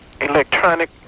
electronic